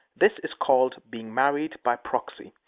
this is called being married by proxy.